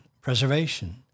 preservation